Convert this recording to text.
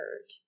hurt